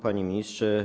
Panie Ministrze!